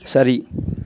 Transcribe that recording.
சரி